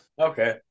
Okay